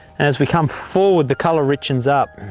as we come forward the colour riches up,